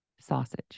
sausage